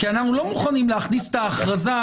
אנחנו לא מוכנים להכניס את ההכרזה,